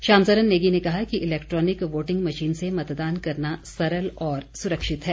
श्याम सरन नेगी ने कहा कि इलेक्ट्रॉनिक वोटिंग मशीन से मतदान करना सरल और सुरक्षित है